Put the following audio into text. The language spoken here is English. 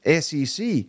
SEC